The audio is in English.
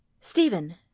Stephen